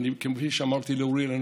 וכפי שאמרתי לאוריאל,